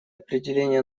определения